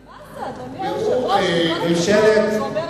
אבל מה זה, אדוני היושב-ראש?